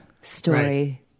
story